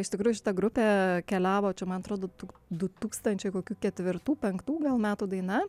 iš tikrųjų šita grupė keliavo čia man atrodo du tūkstančiai kokių ketvirtų penktų gal metų daina